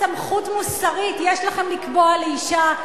סמכות מוסרית יש לכם לקבוע לאשה,